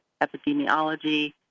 epidemiology